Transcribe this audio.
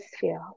feel